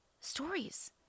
stories